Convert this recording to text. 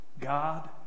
God